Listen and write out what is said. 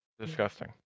Disgusting